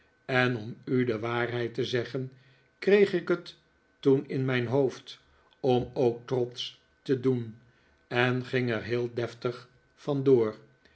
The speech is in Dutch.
en om u de waarheid te zeggen kreeg ik het toen in mijn hoofd om ook trotsch te doen en ging er heel deftig vandoor